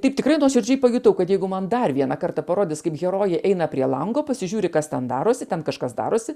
taip tikrai nuoširdžiai pajutau kad jeigu man dar vieną kartą parodys kaip herojė eina prie lango pasižiūri kas ten darosi ten kažkas darosi